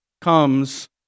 comes